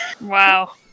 Wow